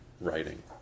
writing